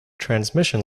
transmission